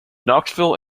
knoxville